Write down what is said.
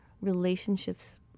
relationships